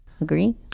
agree